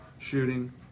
shooting